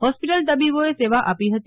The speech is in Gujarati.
હોસ્પિટલ તબીબોએ સેવા આપી હતી